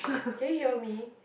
can you hear me